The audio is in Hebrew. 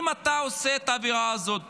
אם אתה עושה את העבירה הזאת